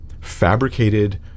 fabricated